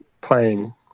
playing